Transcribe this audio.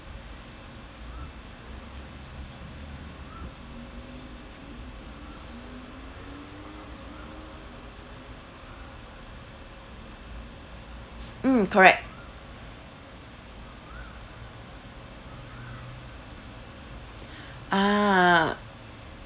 mm correct ah